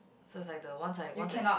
so is like the once I once I see